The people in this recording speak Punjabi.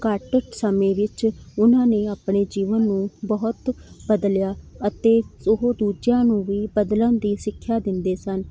ਘੱਟ ਸਮੇਂ ਵਿੱਚ ਉਨ੍ਹਾਂ ਨੇ ਆਪਣੇ ਜੀਵਨ ਨੂੰ ਬਹੁਤ ਬਦਲਿਆ ਅਤੇ ਉਹ ਦੂਜਿਆਂ ਨੂੰ ਵੀ ਬਦਲਣ ਦੀ ਸਿੱਖਿਆ ਦਿੰਦੇ ਸਨ